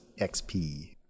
XP